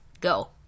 Go